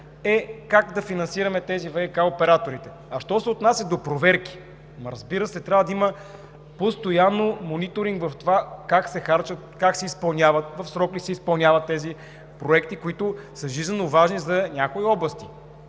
е как да финансираме тези ВиК оператори. А що се отнася до проверки, разбира се, трябва да има постоянно мониторинг в това как се харчат, как се изпълняват, в срок ли се изпълняват тези проекти, които са жизненоважни за някои области.